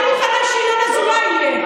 ינון, אני מוכנה שינון אזולאי יהיה.